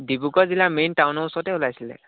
ডিব্ৰুগড় জিলাৰ মেইন টাউনৰ ওচৰতে ওলাইছিলে